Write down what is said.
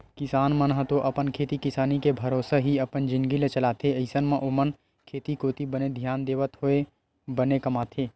किसान मन ह तो अपन खेती किसानी के भरोसा ही अपन जिनगी ल चलाथे अइसन म ओमन खेती कोती बने धियान देवत होय बने कमाथे